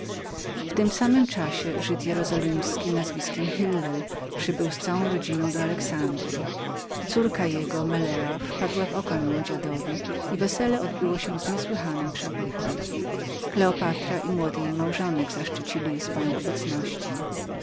świętego miasta i tam pojąć żonę śród tego przybył z całą rodziną do alexandryi żyd jerozolimski nazwiskiem hillel córka jego melea wpadła w oko memu dziadowi i wesele odbyło się z niesłychanym przepychem kleopatra i młody jej małżonek zaszczycili je swoją obecnością